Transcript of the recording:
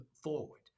forward